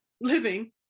living